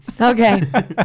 Okay